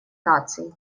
наций